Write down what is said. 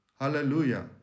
Hallelujah